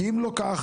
כי אם לא כך,